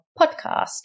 podcast